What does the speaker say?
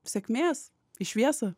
sėkmės į šviesą